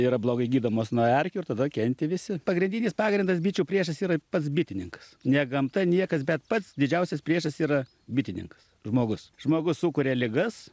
yra blogai gydomos nuo erkių ir tada kenti visi pagrindinis pagrindas bičių priešas yra pats bitininkas ne gamta niekas bet pats didžiausias priešas yra bitininkas žmogus žmogus sukuria ligas